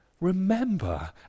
Remember